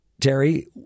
Terry